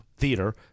Theater